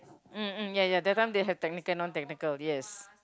um um ya ya that time they have technical and non technical yes